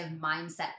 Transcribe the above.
mindset